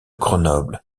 grenoble